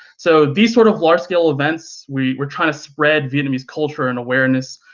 so these sort of large scale events, we were trying to spread vietnamese culture and awareness,